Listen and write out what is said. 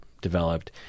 developed